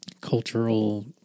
cultural